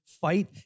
fight